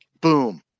boom